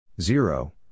Zero